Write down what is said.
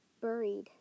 buried